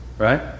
Right